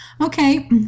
Okay